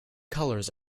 colours